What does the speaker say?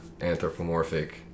anthropomorphic